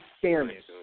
fairness